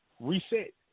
reset